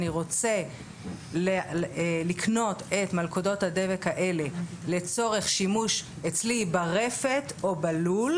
אני רוצה לקנות את מלכודות הדבק האלה לצורך שימוש אצלי ברפת או בלול,